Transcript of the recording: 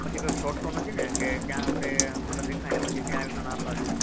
પછી કાંઈ ફ્રોડ તો નથી ને કે ત્યાં આપણે મતલબ દેખાય અને પછી ત્યાં આવે તો ના પાડી દે